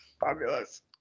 Fabulous